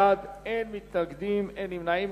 15 בעד, אין מתנגדים, אין נמנעים.